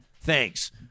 Thanks